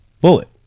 bullet